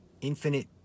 infinite